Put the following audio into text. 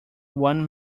one